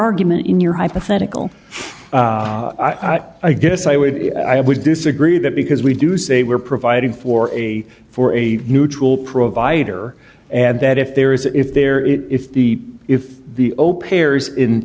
argument in your hypothetical i guess i would i would disagree that because we do say we're providing for a for a neutral provider and that if there is if there is if the if the ope